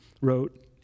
wrote